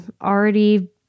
already